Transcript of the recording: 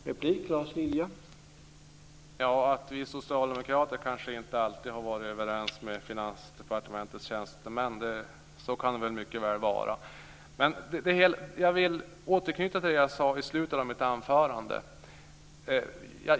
Herr talman! Att vi socialdemokrater kanske inte alltid har varit överens med Finansdepartementets tjänstemän kan mycket väl vara sant. Jag vill återknyta till det som jag sade i slutet av mitt anförande.